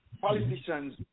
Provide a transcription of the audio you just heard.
politicians